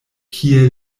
kie